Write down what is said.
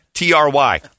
T-R-Y